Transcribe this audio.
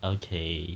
okay